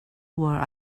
were